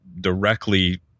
directly